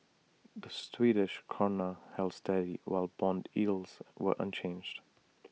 the Swedish Krona held steady while Bond yields were unchanged